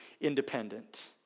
independent